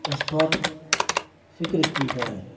اس پر فکر کی جائے